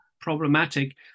problematic